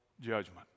judgment